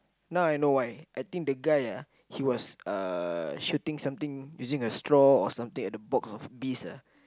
now I know why I think the guy ah he was uh shooting something using a straw or something at the box of bees ah